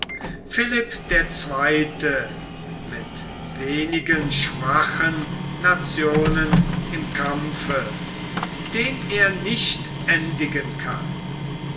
philipp der zweite mit wenigen schwachen nationen im kampfe den er nicht endigen kann